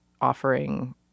offering